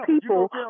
people